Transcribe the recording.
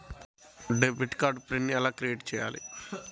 Debit card pin ఎలా create చెయ్యాలి?